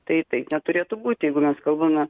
tai taip neturėtų būt jeigu mes kalbame